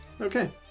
Okay